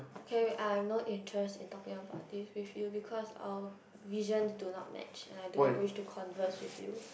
K I have no interest in talking about this with you because our visions do not match and I do not wish to converse with you